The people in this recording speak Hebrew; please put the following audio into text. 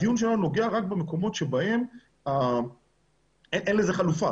הדיון שלנו נוגע רק במקומות שבהם אין לזה חלופה.